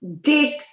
dig